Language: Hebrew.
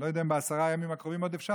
אני לא יודע אם בעשרת הימים הקרובים עוד אפשר,